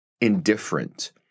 indifferent